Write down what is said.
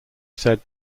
said